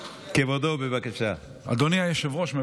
אני מברך אותך,